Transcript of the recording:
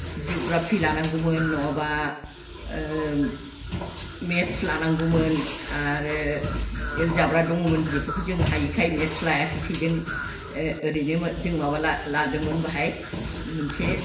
geography लानांगौमोन नङाब्ला maths लानांगौमोन आरो एलजाब्रा दङमोन बेफोरखौ जों हायिखाय मेथ्स लायाखैसै जों ओरैनो जों माबा लादोंमोन बेहाय मोनसे